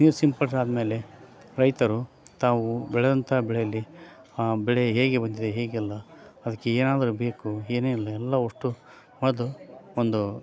ನೀರು ಸಿಂಪಡ್ಸಾದಮೇಲೆ ರೈತರು ತಾವು ಬೆಳೆದಂಥ ಬೆಳೆಯಲ್ಲಿ ಆ ಬೆಳೆ ಹೇಗೆ ಬಂದಿದೆ ಹೇಗೆಲ್ಲಾ ಅದಕ್ಕೆ ಏನಾದರೂ ಬೇಕು ಏನೇನೆಲ್ಲ ಎಲ್ಲ ಅಷ್ಟು ಅದು ಒಂದು